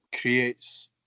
creates